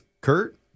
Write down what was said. Kurt